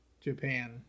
Japan